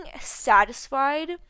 satisfied